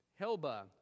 Helba